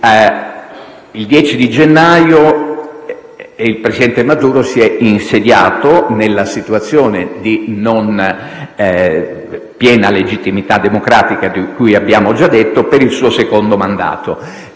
Il 10 gennaio il presidente Maduro si è insediato - nella situazione di non piena legittimità democratica di cui abbiamo già detto - per il suo secondo mandato.